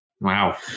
Wow